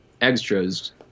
extras